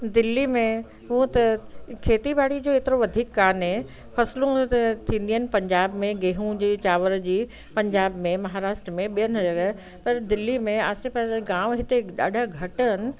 दिल्ली में हूअं त खेती बाड़ी जे एतिरो वधीक कोन्हे फ़सुलूं हिते थींदियूं आहिनि पंजाब में गेहू जे चांवर जी पंजाब में महाराष्ट्र में ॿियनि जॻह पर दिल्ली में आसे पासे गाम हिते ॾाढा घटि आहिनि